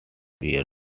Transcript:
years